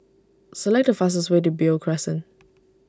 select the fastest way to Beo Crescent